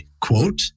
quote